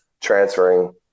transferring